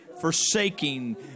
forsaking